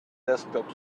desktop